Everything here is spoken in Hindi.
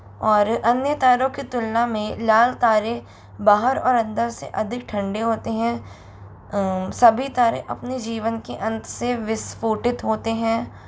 और अन्य तारों की तुलना में लाल तारे बाहर और अंदर से अधिक ठंडे होते हैं सभी तारे अपने जीवन के अंत से विस्फ़ोटित होते हैं